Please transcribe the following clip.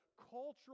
cultural